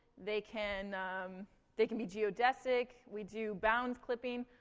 they can, um they can be geodesic. we do bounds clipping.